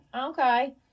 Okay